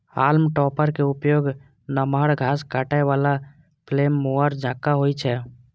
हाल्म topper के उपयोग नमहर घास काटै बला फ्लेम मूवर जकां होइ छै